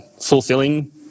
fulfilling